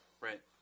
Right